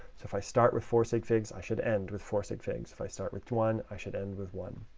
so if i start with four sig figs, i should end with four sig figs. if i start with one, i should end with one.